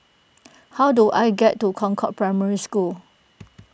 how do I get to Concord Primary School